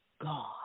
God